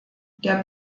der